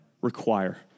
require